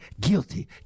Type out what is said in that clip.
guilty